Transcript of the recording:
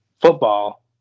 football